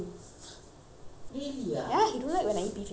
ya he don't like when I eat beef in the house